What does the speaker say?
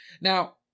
now